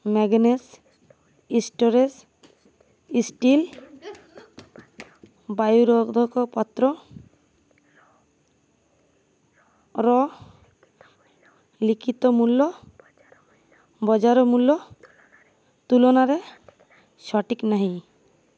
Magnus storage steel ବାୟୁରୋଧକ ପାତ୍ରର ଲିଖିତ ମୂଲ୍ୟ ବଜାର ମୂଲ୍ୟ ତୁଳନାରେ ସଠିକ୍ ନାହିଁ